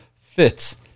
fits